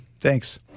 Thanks